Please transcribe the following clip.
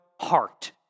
heart